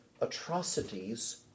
atrocities